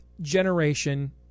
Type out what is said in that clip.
generation